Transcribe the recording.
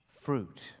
fruit